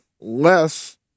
less